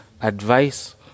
advice